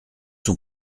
son